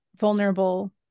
vulnerable